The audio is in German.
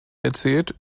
erzählt